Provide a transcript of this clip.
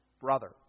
brother